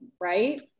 right